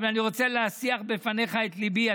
אבל אני רוצה להשיח בפניך את ליבי.